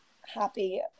happy